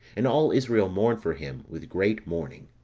and all israel mourned for him with great mourning.